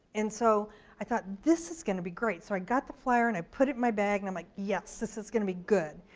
and so i thought this is gonna be great. so i got the flyer and i put it in my bag and i'm like yes, this is gonna be good.